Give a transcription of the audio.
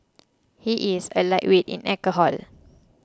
he is a lightweight in alcohol